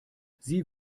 sie